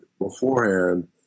beforehand